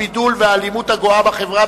הבידול והאלימות הגואה בחברה,